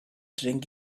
drank